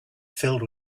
filled